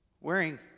Wearing